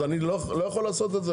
אני לא יכול לעשות את זה?